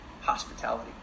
hospitality